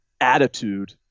attitude